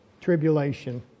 tribulation